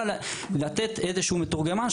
אלא לתת איזשהו מתורגמן,